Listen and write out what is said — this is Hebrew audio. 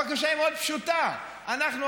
הבקשה היא מאוד פשוטה: אנחנו,